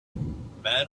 man